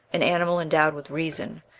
an animal endowed with reason,